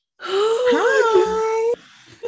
Hi